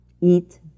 eat